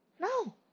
No